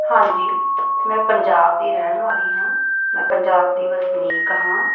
ਹਾਂਜੀ ਮੈਂ ਪੰਜਾਬ ਦੀ ਰਹਿਣ ਵਾਲੀ ਹਾਂ ਮੈਂ ਪੰਜਾਬ ਦੀ ਵਸਨੀਕ ਹਾਂ